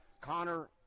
Connor